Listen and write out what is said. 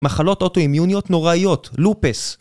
מחלות אוטואימיוניות נוראיות, לופס